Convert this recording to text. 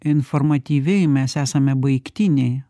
informatyviai mes esame baigtiniai